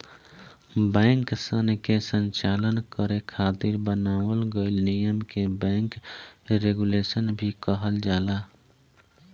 बैंकसन के संचालन करे खातिर बनावल गइल नियम के बैंक रेगुलेशन भी कहल जाला